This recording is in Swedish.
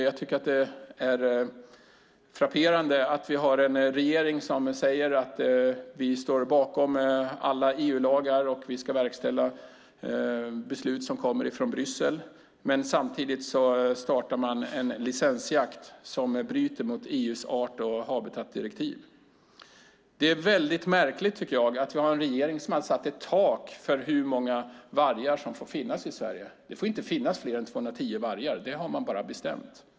Jag tycker att det är frapperande att vi har en regering som säger att man står bakom alla EU-lagar och att man ska verkställa beslut som kommer från Bryssel men samtidigt startar en licensjakt som bryter mot EU:s art och habitatdirektiv. Det är väldigt märkligt, tycker jag, att vi har en regering som har satt ett tak för hur många vargar som får finnas i Sverige. Det får inte finnas fler än 210 vargar. Det har man bara bestämt.